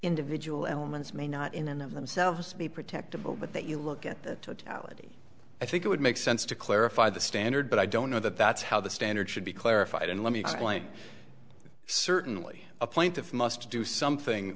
individual elements may not in and of themselves be protectable but that you look at the totality i think it would make sense to clarify the standard but i don't know that that's how the standard should be clarified and let me explain certainly a plaintiff must do something